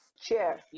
chair